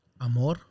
Amor